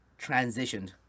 transitioned